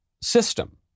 system